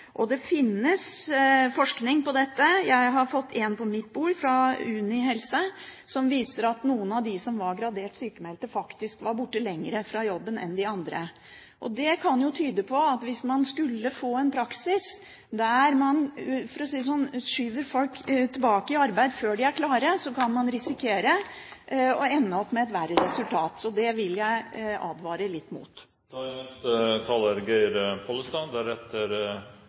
Det finnes forskning på dette. Jeg har fått en på mitt bord fra Uni helse i Bergen, som viser at noen av dem som var gradert sykmeldte, faktisk var borte lenger fra jobben enn de andre. Det kan tyde på at hvis man skulle få en praksis der man skyver folk tilbake i arbeid før de er klare, kan man risikere å ende opp med et verre resultat. Så det vil jeg advare litt